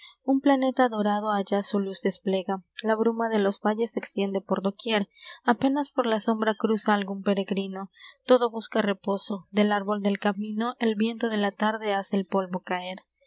un planeta dorado allá su luz desplega la bruma de los valles se extiende por doquier apenas por la sombra cruza algun peregrino todo busca reposo del árbol del camino el viento de la tarde hace el polvo caer